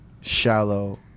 shallow